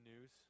news